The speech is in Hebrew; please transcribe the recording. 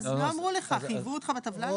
חייבו אותך בטבלה?